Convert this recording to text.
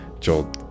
Joel